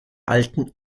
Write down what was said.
alten